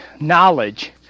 knowledge